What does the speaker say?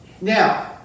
Now